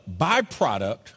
byproduct